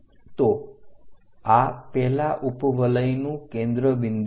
તો આ પેલા ઉપવલયનું કેન્દ્ર બિંદુ છે